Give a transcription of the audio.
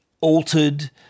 altered –